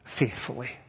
faithfully